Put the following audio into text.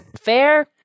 Fair